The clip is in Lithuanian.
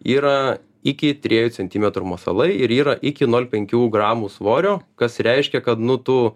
yra iki triejų centimetrų masalai ir yra iki nol penkių gramų svorio kas reiškia kad nu tu